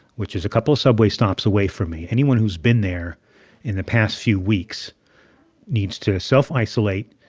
which is a couple of subway stops away from me anyone who's been there in the past few weeks needs to self-isolate.